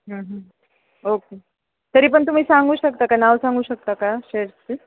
okay तरी पण तुम्ही सांगू शकता का नाव सांगू शकता का शेअर्सचं